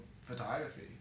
photography